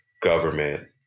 government